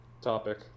topic